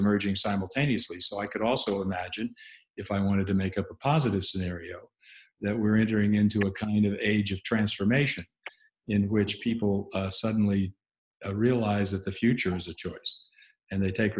emerging simultaneously so i could also imagine if i wanted to make a positive scenario that we were entering into a kind of age of transformation in which people suddenly realize that the future is a choice and they take